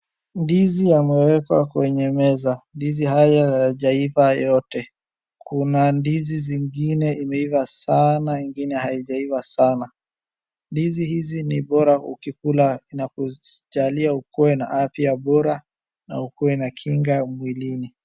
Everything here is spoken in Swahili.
Ndizi yamewekwa kwenye meza. Ndizi hayo hayajaiva yote. Kuna ndizi zingine imeiva sana ingine haijaiva sana. Ndizi hizi ni bora ukikula inakujalia ukuwe na afya bora ana ukuwe na kinga mwilini.